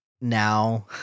now